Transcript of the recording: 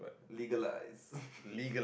legalise